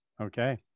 Okay